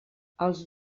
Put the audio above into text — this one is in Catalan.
els